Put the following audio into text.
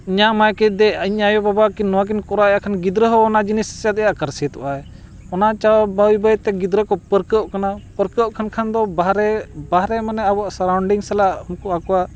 ᱧᱟᱢ ᱟᱭᱠᱮ ᱫᱮ ᱤᱧ ᱟᱭᱳ ᱵᱟᱵᱟ ᱠᱤ ᱱᱚᱣᱟ ᱠᱤᱱ ᱠᱚᱨᱟᱣ ᱮᱫᱟ ᱠᱷᱟᱱ ᱜᱤᱫᱽᱨᱟᱹ ᱦᱚᱸ ᱚᱱᱟ ᱡᱤᱱᱤᱥ ᱪᱮᱫᱮᱜᱼᱟ ᱟᱨ ᱟᱠᱟᱨᱮ ᱪᱮᱫᱮᱜ ᱟᱭ ᱚᱱᱟ ᱪᱟᱦᱮ ᱵᱟᱹᱭ ᱵᱟᱹᱭᱛᱮ ᱜᱤᱫᱽᱨᱟᱹ ᱠᱚ ᱯᱟᱹᱨᱠᱟᱹᱜ ᱠᱟᱱᱟ ᱯᱟᱨᱠᱟᱹᱜ ᱠᱟᱱ ᱠᱷᱟᱱ ᱫᱚ ᱵᱟᱦᱨᱮ ᱵᱟᱨᱦᱮ ᱢᱟᱱᱮ ᱟᱵᱚᱣᱟᱜ ᱥᱟᱨᱟᱣᱩᱱᱰᱤᱝ ᱥᱟᱞᱟᱜ ᱩᱱᱠᱩ ᱟᱠᱚᱣᱟᱜ